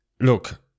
Look